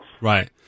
Right